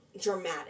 dramatic